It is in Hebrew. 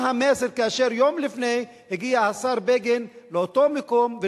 מה המסר כאשר יום לפני הגיע השר בגין לאותו מקום,